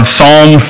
Psalm